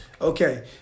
Okay